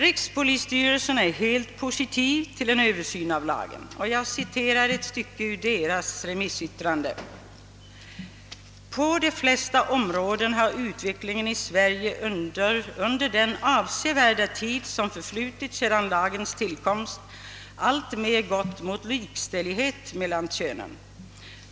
Rikspolisstyrelsen är helt positiv till en översyn av lagen och jag citerar ett stycke ur dess remissyttrande: »På de flesta områden har utvecklingen i Sverige under den avsevärda tid som förflutit sedan lagens tillkomst alltmer gått emot likställighet mellan könen.